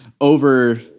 over